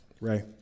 Ray